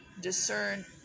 discern